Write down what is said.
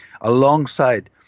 alongside